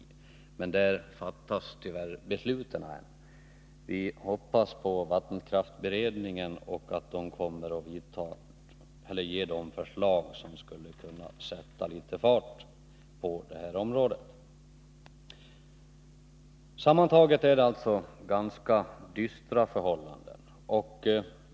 Men ännu saknas tyvärr besluten därvidlag. Vi hoppas på att vattenkraftsberedningen kommer att lägga fram ett förslag som kan sätta litet fart på detta område. Sammantaget är det alltså ganska dystra förhållanden som råder.